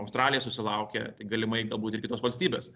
australija susilaukia tai galimai galbūt ir kitos valstybės